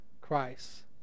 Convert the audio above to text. Christ